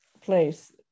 place